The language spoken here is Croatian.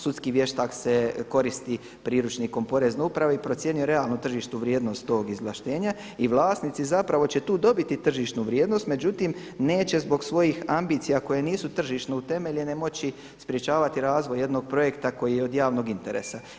Sudski vještak se koristi priručnikom porezne uprave i procijenio je realnu tržišnu vrijednost tog izvlaštenja i vlasnici zapravo će tu dobiti tržišnu vrijednost međutim neće zbog svojih ambicija koje nisu tržišno utemeljene moći sprječavati razvoj jednog projekta koji je od javnog interesa.